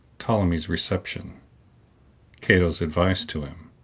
ptolemy's reception cato's advice to him